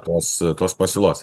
tos tos pasiūlos